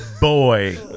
boy